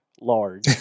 large